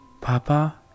Papa